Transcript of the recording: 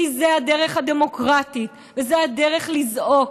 כי זאת הדרך הדמוקרטית וזאת הדרך לזעוק.